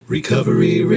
Recovery